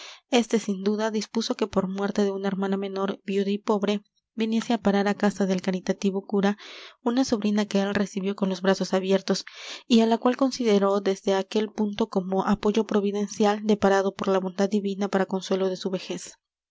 éste sin duda dispuso que por muerte de una hermana menor viuda y pobre viniese á parar á casa del caritativo cura una sobrina que él recibió con los brazos abiertos y á la cual consideró desde aquel punto como apoyo providencial deparado por la bondad divina para consuelo de su vejez